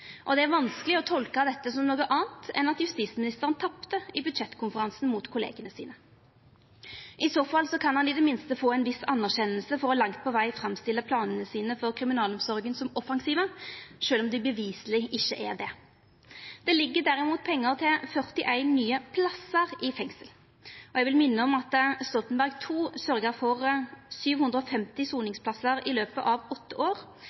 Det er vanskeleg å tolka dette som noko anna enn at justisministeren tapte i budsjettkonferansen mot kollegaene sine. I så fall kan han i det minste få ein viss aksept for langt på veg å framstilla planane sine for kriminalomsorga som offensive, sjølv om dei beviseleg ikkje er det. Derimot ligg det inne pengar til 41 nye plassar i fengsel, og eg vil minna om at Stoltenberg II sørgde for 750 soningsplassar i løpet av åtte år.